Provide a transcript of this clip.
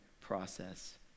process